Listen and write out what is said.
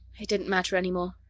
it didn't matter any more.